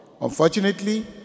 Unfortunately